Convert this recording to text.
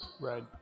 Right